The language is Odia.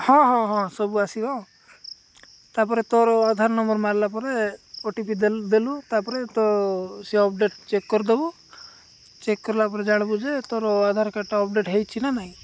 ହଁ ହଁ ହଁ ସବୁ ଆସିବ ତାପରେ ତୋର ଆଧାର ନମ୍ବର ମାରିଲା ପରେ ଓଟିପି ଦେ ଦେଲୁ ତାପରେ ତୋ ସେ ଅପଡ଼େଟ ଚେକ୍ କରିଦବୁ ଚେକ୍ କରଲା ପରେ ଜାଣିବୁ ଯେ ତୋର ଆଧାର କାର୍ଡ଼ଟା ଅପଡ଼େଟ ହେଇଛି ନା ନାଇଁ